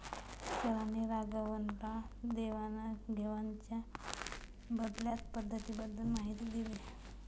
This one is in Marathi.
सरांनी राघवनला देवाण घेवाणीच्या बदलत्या पद्धतींबद्दल माहिती दिली